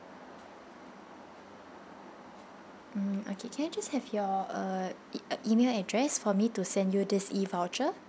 mm okay can just have your uh e~ uh email address for me to send you this e-voucher